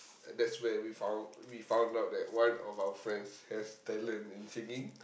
that's where we found we found out that one of our friends has talent in singing